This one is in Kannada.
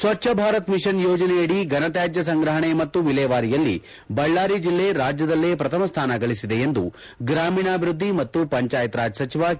ಸ್ವಚ್ಛ ಭಾರತ್ ಮಿಷನ್ ಯೋಜನೆಯದಿ ಫನತ್ಯಾಜ್ಯ ಸಂಗ್ರಹಣೆ ಮತ್ತು ವಿಲೇವಾರಿಯಲ್ಲಿ ಬಳ್ಳಾರಿ ಜಿಲ್ಲೆ ರಾಜ್ಯದಲ್ಲೇ ಪ್ರಥಮ ಸ್ವಾನ ಗಳಿಸಿದೆ ಎಂದು ಗ್ರಾಮೀಣಾಭಿವೃದ್ದಿ ಮತ್ತು ಪಂಚಾಯತ್ ರಾಜ್ ಸಚಿವ ಕೆ